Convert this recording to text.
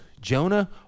Jonah